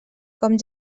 com